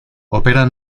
opera